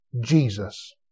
Jesus